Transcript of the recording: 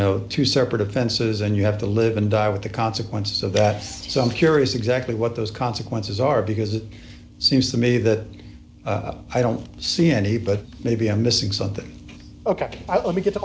know two separate offenses and you have to live and die with the consequences of that some curious exactly what those consequences are because it seems to me that i don't see any but maybe i'm missing something ok i want to get t